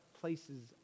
places